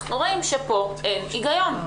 אנחנו רואים שפה אין היגיון.